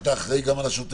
אתה אחראי גם על השוטף,